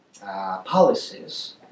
policies